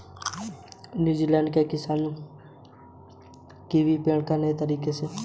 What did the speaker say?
New Zealand के किसान kiwi पेड़ का नई तकनीक से प्रसार करते हैं